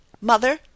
mother